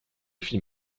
film